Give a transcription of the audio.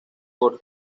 por